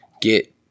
get